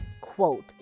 quote